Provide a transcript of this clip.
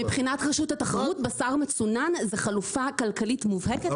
מבחינת רשות התחרות בשר מצונן זה חלופה כלכלית מובהקת.